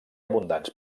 abundants